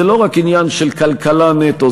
זה לא רק עניין של כלכלה נטו,